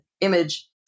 image